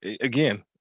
again